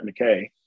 McKay